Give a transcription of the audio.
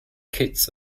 kitts